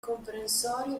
comprensorio